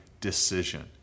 decision